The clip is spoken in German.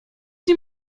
die